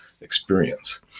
experience